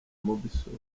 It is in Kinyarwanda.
mobisol